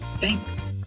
Thanks